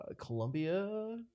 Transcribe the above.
Columbia